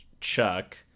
Chuck